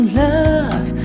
love